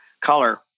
color